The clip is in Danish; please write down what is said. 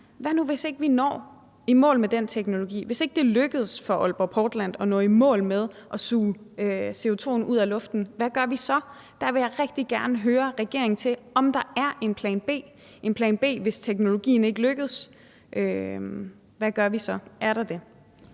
Hvad nu, hvis vi ikke når i mål med den teknologi, hvis det ikke lykkes for Aalborg Portland at nå i mål med at suge CO2-en ud af luften – hvad gør vi så? Jeg vil rigtig gerne høre regeringen, om der er en plan B, altså en plan B, hvis teknologien ikke lykkes. Hvad gør vi så? Er der dét?